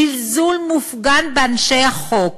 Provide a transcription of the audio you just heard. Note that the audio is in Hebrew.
זלזול מופגן באנשי החוק,